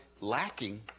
lacking